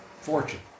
fortune